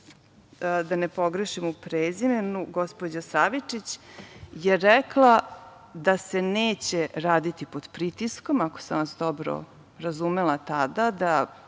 državna sekretarka, gospođa Savičić je rekla da se neće raditi pod pritiskom, ako sam vas dobro razumela tada,